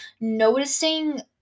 noticing